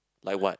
like what